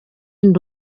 ndi